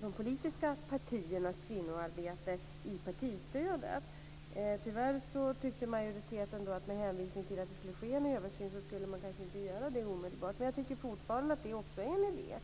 de politiska partiernas kvinnoarbete i partistödet. Tyvärr tyckte majoriteten att man, med hänvisning till att det skulle ske en översyn, inte skulle göra det omedelbart. Men jag tycker fortfarande att det också är en idé.